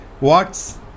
Watts